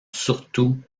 surtout